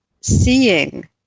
seeing